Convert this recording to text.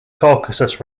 caucasus